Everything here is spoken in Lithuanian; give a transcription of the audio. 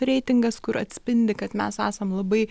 reitingas kur atspindi kad mes esam labai